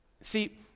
See